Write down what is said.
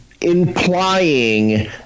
implying